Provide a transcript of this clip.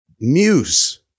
Muse